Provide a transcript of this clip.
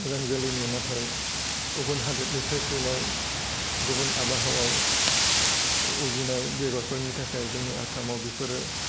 मोजां जोलैनि नाथाय गुबुन हादोदनिफ्राय फैनाय गुबुन आबहावायाव उजिनाय बेगरफोरनि थाखाय जोंनि आसामाव बेफोरो